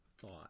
thought